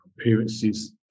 appearances